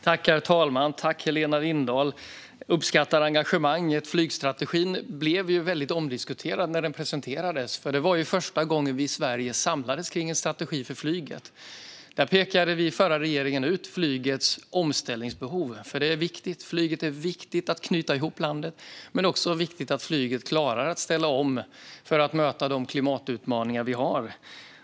Herr talman! Tack, Helena Lindahl! Jag uppskattar engagemanget. Flygstrategin blev ju väldigt omdiskuterad när den presenterades. Det var första gången vi i Sverige samlades kring en strategi för flyget. Där pekade vi i den förra regeringen ut flygets omställningsbehov. Flyget är viktigt för att knyta ihop landet, men det är också viktigt att flyget klarar att ställa om för att möta de klimatutmaningar vi har.